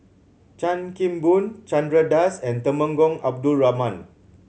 Chan Kim Boon Chandra Das and Temenggong Abdul Rahman